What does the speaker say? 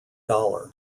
dollar